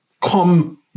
come